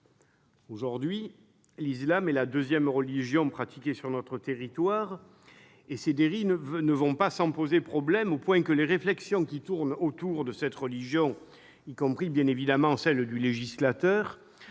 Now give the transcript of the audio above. Aujourd'hui, l'islam est la deuxième religion pratiquée sur notre territoire, et ses dérives ne vont pas sans poser problème, au point que les réflexions qui tournent autour de cette religion, y compris, bien évidemment, celles du législateur,